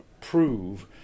prove